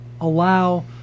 allow